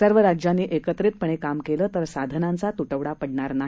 सर्व राज्यांनी एकत्रितपणे काम केलं तर साधनाचा तुटवडा पडणार नाही